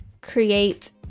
create